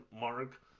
Mark